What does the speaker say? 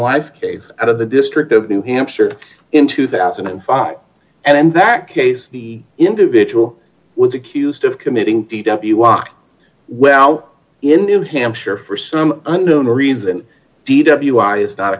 wife case out of the district of new hampshire in two thousand and five and in that case the individual was accused of committing t w walk well in new hampshire for some unknown reason d w i is not a